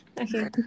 Okay